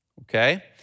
okay